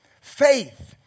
Faith